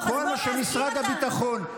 כל מה שמשרד הביטחון,